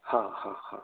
हां हां हां